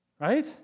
right